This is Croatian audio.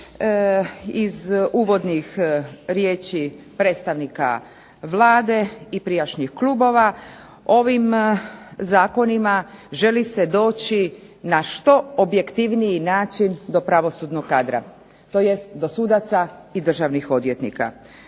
iz uvodnih riječi predstavnika Vlade i prijašnjih kubova, ovim zakonima želi se doći na što objektivniji način do pravosudnog kadra, tj. do sudaca i državnih odvjetnika.